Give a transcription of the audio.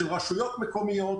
של רשויות מקומיות,